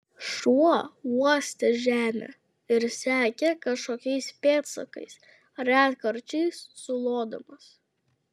šuo uostė žemę ir sekė kažkokiais pėdsakais retkarčiais sulodamas